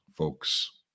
folks